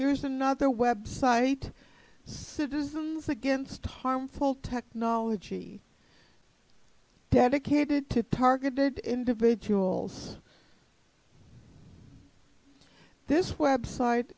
there is another website citizens against harmful technology dedicated to targeted individuals this website